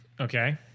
Okay